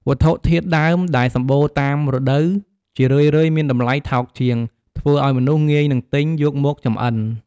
វត្ថុធាតុដើមដែលសម្បូរតាមរដូវ ជារឿយៗមានតម្លៃថោកជាង ធ្វើឱ្យមនុស្សងាយនឹងទិញយកមកចម្អិន។